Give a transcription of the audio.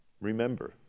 remember